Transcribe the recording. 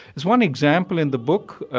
there's one example in the book.